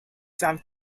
some